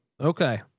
Okay